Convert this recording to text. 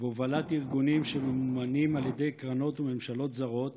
בהובלת ארגונים שממומנים על ידי קרנות וממשלות זרות